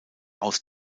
aus